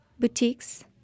Boutiques